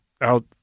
out